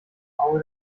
auge